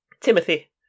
Timothy